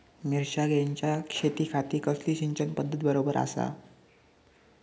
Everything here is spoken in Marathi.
मिर्षागेंच्या शेतीखाती कसली सिंचन पध्दत बरोबर आसा?